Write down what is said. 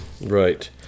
Right